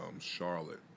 Charlotte